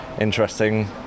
interesting